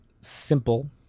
simple